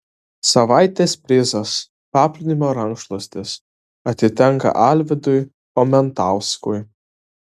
savaitės prizas paplūdimio rankšluostis atitenka alvydui chomentauskui